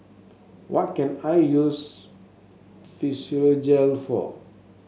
what can I use Physiogel for